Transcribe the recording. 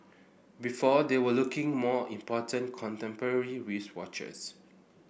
before they were looking more important contemporary wristwatches